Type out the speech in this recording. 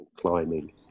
climbing